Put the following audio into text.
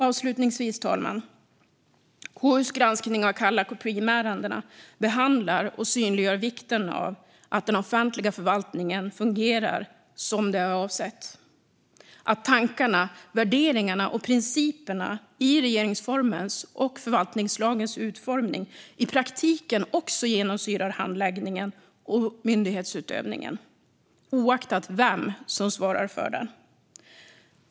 Avslutningsvis, fru talman: KU:s granskning av Kallak och Preemärendena behandlar och synliggör vikten av att den offentliga förvaltningen fungerar som det är avsett och att tankarna, värderingarna och principerna i regeringsformens och förvaltningslagens utformning också i praktiken genomsyrar handläggningen och myndighetsutövningen, oavsett vem som svarar för den.